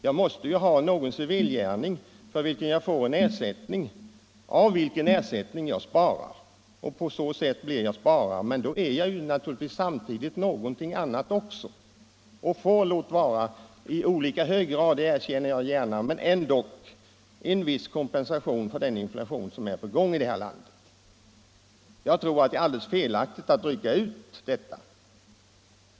Man måste ju ha någon civil gärning, för vilken man får ersättning, och av den ersättningen sparar man. Men då är man samtidigt något annat också. Och i denna andra egenskap får man — låt vara i olika grad, det erkänner jag gärna — viss kompensation för den inflation som pågår i vårt land. Jag tror att det är alldeles felaktigt att rycka ut denna fråga ur sitt sammanhang.